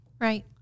Right